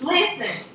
Listen